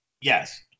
Yes